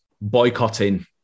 boycotting